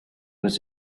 was